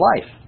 life